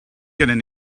gennym